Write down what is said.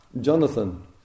Jonathan